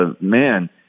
man